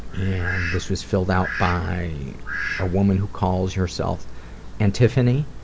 and this was filled out by a woman who calls herself antiphony.